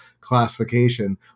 classification